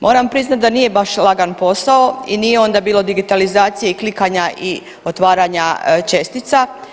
Moram priznati da nije baš lagan posao i nije onda bilo digitalizacije i klikanja i otvaranja čestica.